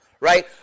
right